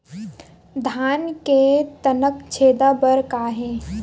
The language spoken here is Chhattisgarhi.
धान के तनक छेदा बर का हे?